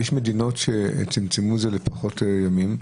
יש מדינות שצמצמו את זה לפחות ימים.